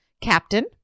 Captain